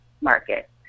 market